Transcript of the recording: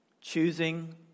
Choosing